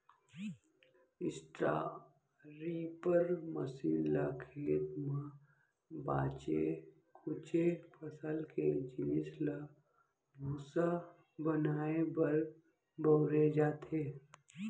straw reaper machine ल खेत म बाचे खुचे फसल के जिनिस ल भूसा बनाए बर बउरे जाथे